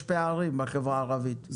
יש פערים בחברה הערבית,